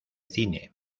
cine